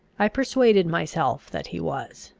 i persuaded myself that he was.